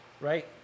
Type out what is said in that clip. right